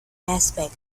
aspect